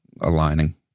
aligning